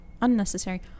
Unnecessary